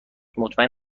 مطمئن